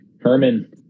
Herman